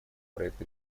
проект